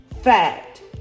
fact